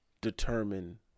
determine